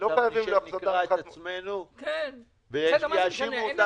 אנחנו נשב ונקרע את עצמנו ויאשימו אותנו שאין כסף.